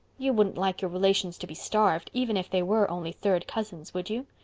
you wouldn't like your relations to be starved, even if they were only third cousins, would you?